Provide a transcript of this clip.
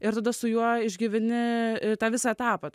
ir tada su juo išgyveni tą visą etapą